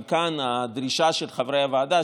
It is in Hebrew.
גם כאן הדרישה של חברי הוועדה,